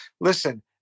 Listen